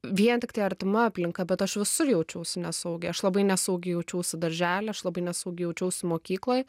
vien tiktai artima aplinka bet aš visur jaučiausi nesaugiai aš labai nesaugi jaučiausi darželyje aš labai nesaugiai jaučiausi mokykloj